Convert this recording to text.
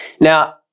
Now